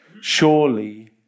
Surely